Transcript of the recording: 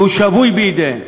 והוא שבוי בידיהם: